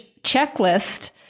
checklist